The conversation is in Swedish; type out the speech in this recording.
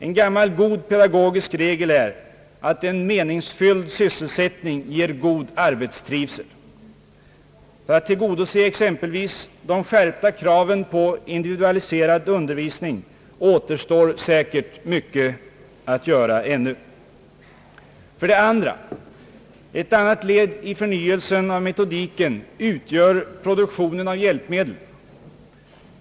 En gammal god pedagogisk regel är att en meningsfylld sysselsättning ger god arbetstrivsel. För att tillgodose exempelvis de skärpta kraven på individualiserad undervisning återstår säkert mycket att göra ännu. 2) Ett annat led i förnyelsen av metodiken utgör produktionen av hjälpmedel.